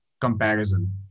comparison